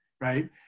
right